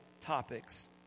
topics